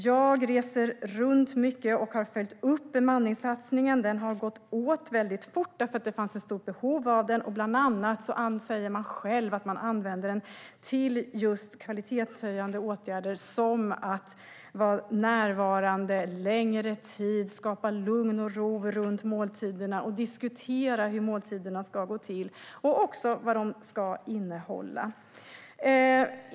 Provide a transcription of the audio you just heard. Jag reser runt mycket och har följt upp bemanningssatsningen. Den har gått åt väldigt fort, eftersom det fanns ett stort behov av den. Bland annat säger man att man använder den till just kvalitetshöjande åtgärder som att vara närvarande längre tid, skapa lugn och ro runt måltiderna och diskutera hur måltiderna ska gå till och också vad de ska innehålla.